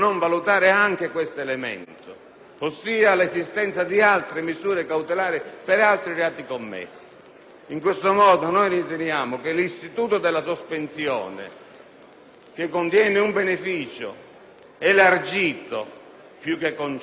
ossia l'esistenza di altre misure cautelari per altri reati commessi. In questo modo, riteniamo che l'istituto della sospensione, che contiene un beneficio elargito più che concesso,